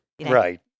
right